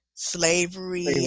slavery